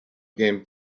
game